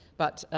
but,